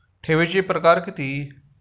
ठेवीचे प्रकार किती?